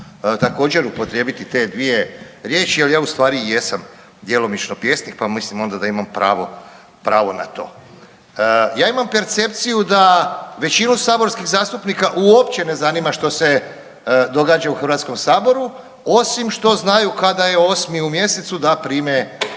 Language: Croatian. također upotrijebiti te dvije riječi jer ja u stvari i jesam djelomično pjesnik, pa mislim onda da imam pravo, pravo na to. Ja imam percepciju da većinu saborskih zastupnika uopće ne zanima što se događa u HS osim što znaju kada je 8. u mjesecu da prime,